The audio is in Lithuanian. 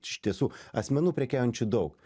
iš tiesų asmenų prekiaujančių daug